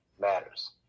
matters